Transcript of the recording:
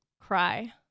cry